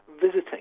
visiting